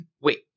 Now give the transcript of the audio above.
Wait